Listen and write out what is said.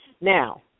Now